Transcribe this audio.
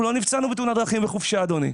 אנחנו לא נפצענו בתאונת דרכים בחופשה, אדוני,